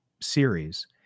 series